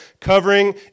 covering